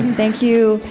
thank you,